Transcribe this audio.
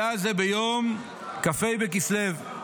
היה זה ביום כ"ה בכסלו,